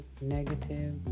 negative